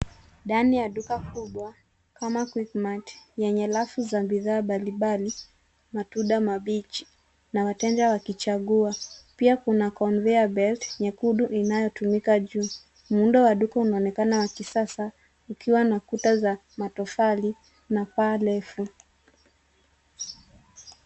Ndani ya duka kubwa kama "Quickmart", yenye rafu za bidhaa mbalimbali, matunda mabichi na wateja wakichagua. Pia kuna conveyer belt nyekundu inayotumika juu. Muundo wa duka unaonekana wa kisasa, ukiwa na kuta za matofali na paa refu.